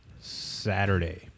Saturday